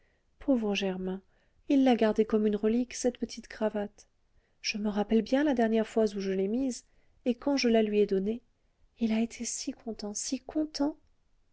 pauvre germain il l'a gardée comme une relique cette petite cravate je me rappelle bien la dernière fois où je l'ai mise et quand je la lui ai donnée il a été si content si content